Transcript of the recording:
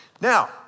Now